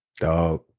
dog